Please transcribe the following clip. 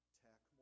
tech